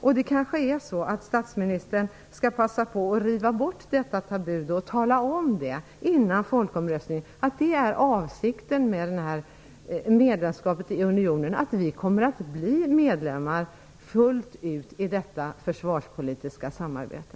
Statsministern kanske skall passa på att riva bort detta tabu och före folkomröstningen tala om att avsikten med medlemskapet i unionen är att vi kommer att bli medlem fullt ut i detta försvarspolitiska samarbete.